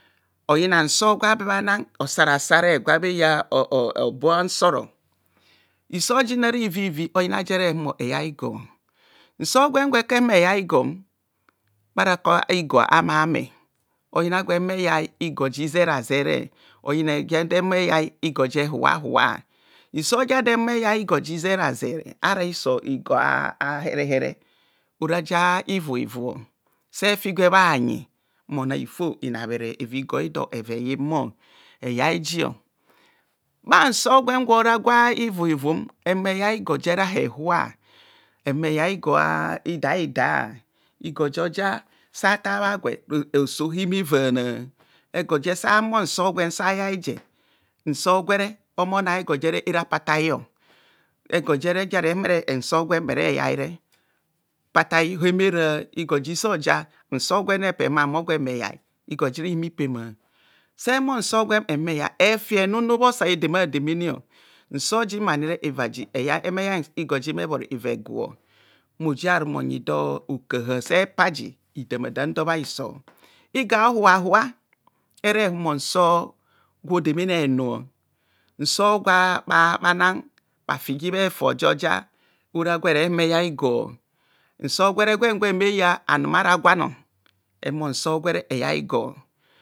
Oyina nsor gwa be bhana asara sare gwa ble ya ooobor hansor isor jinere ivivivi oyina jere humo eyai igor. nsor gwem gwe ke humor eyai gor bbharakor igor amaame oyina gwe humo eyai igor ji zera zere. oyina gwa de humor eyai igor je hua hua. isor jado ehumo eyai ihor ji zera zere ara igo ahere here ora nsor iuuuvv ee figwa bhanyi ona ifo eva igori eyimo eya jinbhansor gwem gwora gwi uuuu ehumo eyai igor jara ehua ehumo eyai igor jera ehua ehumo eyai igor ida hida, igor joja satar bha roso immivana. egor je sa humo nso gwere mmayaji patai imira egor je jere humo unso gwe mmere yai patai emera igor ji joja epe humor nso gwe ehumo eyai igor ji omopema. sehumo nsor gwen ehumo eyai efi lenn bho sale dema dema demene. nsor gwem ani sehai igor jim sebhoro eva egu mmojia ru onyi do hokaha eepasi idama dam do bhab hiso igor a hubha hubba ere ame nsor gwo demene henu nsor gwo ja bhaviji bha efor gwora gwere humor eyai gor. nsor gwere bhe ya anu ara gwo ehumo nsor gwere eyaigor.